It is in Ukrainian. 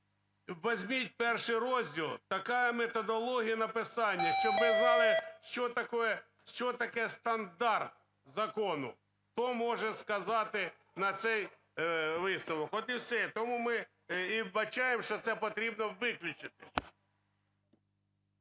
Візьміть перший розділ, така методологія написання, щоб ми знали, що таке стандарт закону. Хто може сказати на цей висновок. От і все. Тому ми і вбачаємо, що це потрібно виключити.